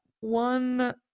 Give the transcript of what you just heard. one